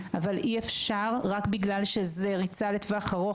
אבל אי אפשר רק בגלל שזה ריצה לטווח ארוך,